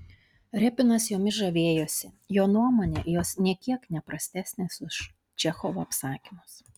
repinas jomis žavėjosi jo nuomone jos nė kiek ne prastesnės už čechovo apsakymus